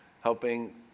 helping